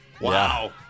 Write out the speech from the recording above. Wow